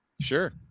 Sure